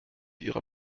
ihrer